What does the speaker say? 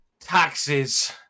taxes